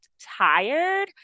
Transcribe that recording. tired